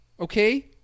Okay